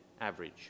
average